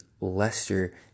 Leicester